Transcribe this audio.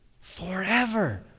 Forever